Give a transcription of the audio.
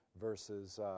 versus